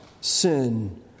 sin